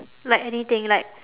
like anything like